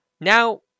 Now